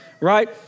Right